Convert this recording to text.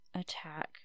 attack